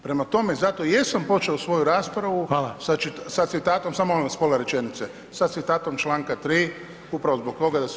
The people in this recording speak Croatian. Prema tome, zato i jesam počeo svoju raspravu sa citatom [[Upadica Reiner: Hvala.]] Samo molim vas, pola rečenice… … sa citatom članka 3. upravo zbog toga da se